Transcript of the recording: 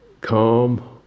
calm